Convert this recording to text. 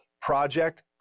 project